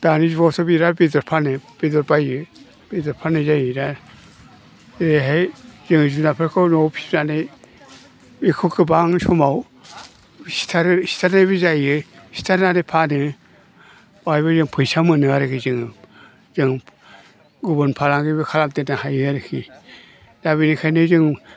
दानि जुगावसो बिराद बेदर फानो बेदर बायो बेदर फाननाय जायो दा बेहाय जोङो जुनारफोरखौ न'आव फिनानै बेखौ गोबां समाव सिथारनायबो जायो सिथारनानै फानो बाहायबो जोङो फैसा मोनो आरखि जोङो जों गुबुन फालांगिबो खालामदेरनो हायो आरखि दा बेनिखायनो जों